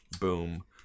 boom